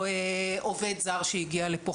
או עובד זר שהגיע לפה,